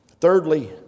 Thirdly